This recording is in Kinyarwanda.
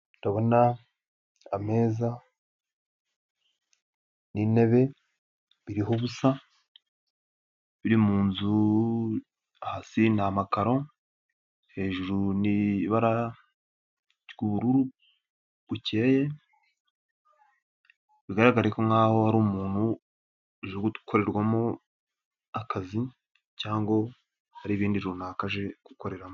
Ndabona ameza n'intebe iriho ubusa biri muzu, hasi ni amakaro, hejuru ni amabara y'ubururu bukeye, bigaragare ko nkaho hari umuntu ujugukorerwamo akazi cyangwa ari ibindi runaka aje gukoreramo.